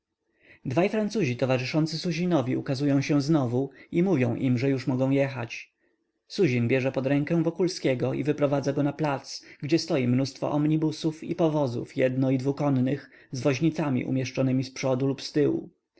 dwaj francuzi towarzyszący suzinowi ukazują się znowu i mówią im że już mogą jechać suzin bierze pod rękę wokulskiego i wyprowadza go na plac gdzie stoi mnóstwo omnibusów i powozów jedno i dwukonnych z woźnicami umieszczonymi zprzodu lub ztyłu